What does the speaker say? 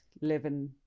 living